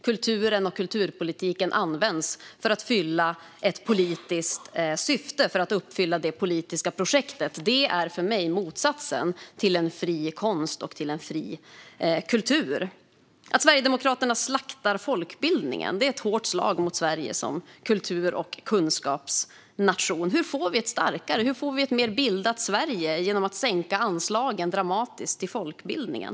Kulturen och kulturpolitiken används för att fylla ett politiskt syfte, för att uppfylla det politiska projektet. Det är för mig motsatsen till fri konst och fri kultur. Att Sverigedemokraterna slaktar folkbildningen är ett hårt slag mot Sverige som kultur och kunskapsnation. Hur får vi ett starkare och mer bildat Sverige om man som de dramatiskt vill sänka anslagen till folkbildningen?